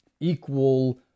equal